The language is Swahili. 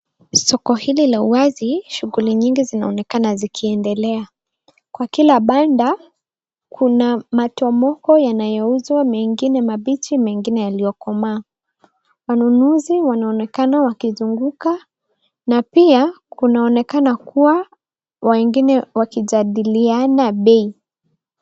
Soko hili la uwazi, shughuli nyingi zinaonekana zikiendelea. Kwa kila banda, kuna matomoko yanayouzwa, mengine mabichi mengine yaliyokomaa. Wanunuzi wanaonekana wakizunguka, na pia kunaonekana kua wengine wakijadiliana bei.